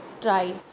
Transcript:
try